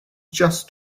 just